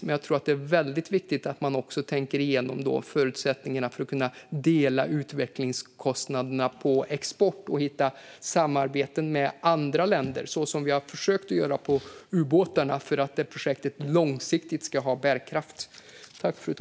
Men jag tror att det är väldigt viktigt att man också tänker igenom förutsättningarna för att kunna dela utvecklingskostnaderna på export och hitta samarbeten med andra länder, så som vi har försökt att göra på ubåtarna för att det projektet långsiktigt ska ha bärkraft.